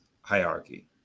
hierarchy